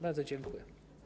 Bardzo dziękuję.